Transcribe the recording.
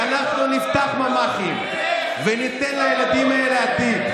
ואנחנו נפתח ממ"חים וניתן לילדים האלה עתיד,